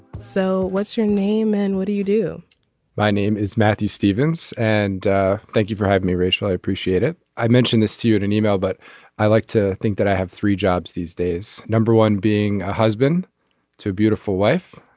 so what's your name and what do you do my name is matthew stevens. and thank you for having me rachel i appreciate it. i mentioned this to you in an email but i like to think that i have three jobs these days. number one being a husband to a beautiful wife.